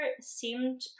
seemed